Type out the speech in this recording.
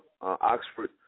Oxford